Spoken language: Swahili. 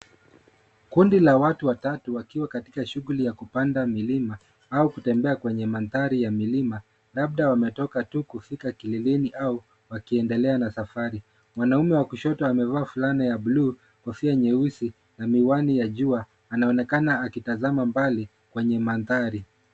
Kundi la watu watatu wakiwa katika shughuli ya kupanda milima au kutembea kwenye mandhari ya milima labda wametoka tu kufika kileleni au wakiendelea na safari. Mwanaume wa kushoto amevaa fulana ya buluu, kofia nyeusi na miwani ya jua anaonekana akitazama mbali kwenye mandhari.